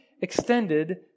extended